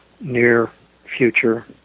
near-future